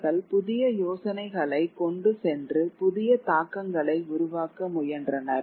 அவர்கள் புதிய யோசனைகளை கொண்டு சென்று புதிய தாக்கங்களை உருவாக்க முயன்றனர்